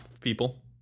people